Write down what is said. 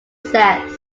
says